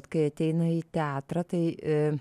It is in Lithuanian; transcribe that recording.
kai ateina į teatrą tai